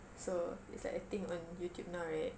so it's like a thing on youtube now right